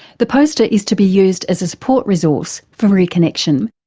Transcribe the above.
the poster is to be used as a support resource for reconnexion.